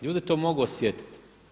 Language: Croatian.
Ljudi to mogu osjetiti.